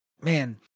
man